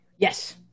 Yes